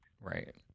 Right